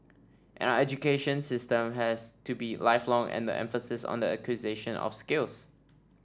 and our education system has to be lifelong and the emphasis on the acquisition of skills